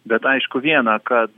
bet aišku viena kad